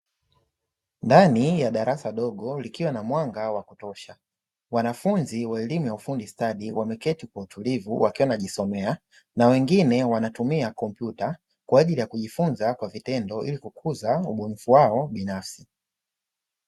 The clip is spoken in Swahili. Ndani ya darasa dogo likiwa na mwanga wa kutosha, wanafunzi wa elimu ya ufundi stadi wameketi kwa utulivu wakiwa wanajisomea na wengine wanatumia kompyuta, kwa ajili ya kujifunza kwa vitendo ili kukuza ubunifu wao binafsi.